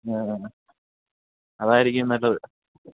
മ്മ് അതായിരിക്കും നല്ലത്